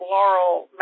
Laurel